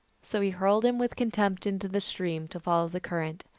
so he hurled him with contempt into the stream, to follow the cur rent.